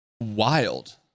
wild